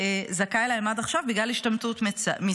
זכאי להן עד עכשיו בגלל השתמטות מצה"ל,